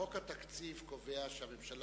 חוק התקציב קובע שהממשלה